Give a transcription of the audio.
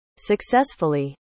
successfully